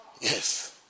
Yes